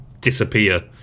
disappear